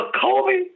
Kobe